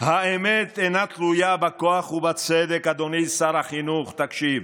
"האמת אינה תלויה בכוח", אדוני שר החינוך, תקשיב,